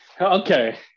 Okay